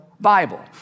Bible